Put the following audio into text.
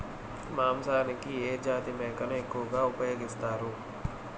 మాంసానికి ఏ జాతి మేకను ఎక్కువగా ఉపయోగిస్తారు?